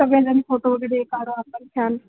सगळेजण फोटो वगैरे काढू आपण छान